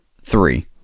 three